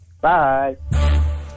Bye